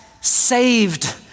saved